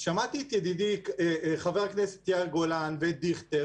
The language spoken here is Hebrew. שמעתי את ידידי חבר הכנסת יאיר גולן ואת דיכטר,